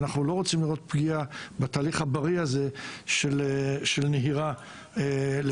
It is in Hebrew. אנחנו לא רוצים לראות פגיעה בתהליך הבריא הזה של נהירה לחינוך,